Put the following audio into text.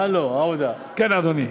כן, אדוני.